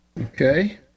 Okay